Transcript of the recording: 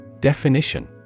Definition